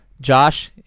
Josh